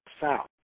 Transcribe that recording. south